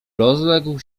rozległ